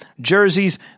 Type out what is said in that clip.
jerseys